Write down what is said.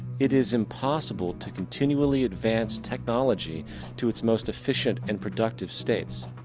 it is impossible to continually advance technology to its most efficient and productive states.